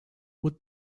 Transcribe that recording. would